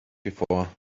before